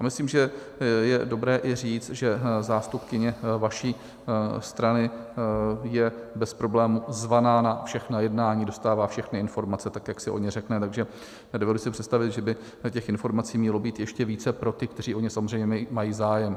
A myslím, že je dobré i říct, že zástupkyně vaší strany je bez problému zvaná na všechna jednání, dostává všechny informace, jak si o ně řekne, takže si nedovedu představit, že by těch informací mělo být ještě více pro ty, kteří o ně samozřejmě mají zájem.